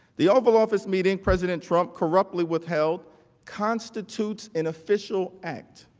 the oval office meeting president trump corruptly withheld constitutes an official act.